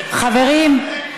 חברים,